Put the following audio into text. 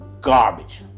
garbage